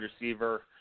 receiver